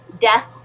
death